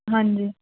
ਹਾਂਜੀ